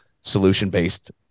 solution-based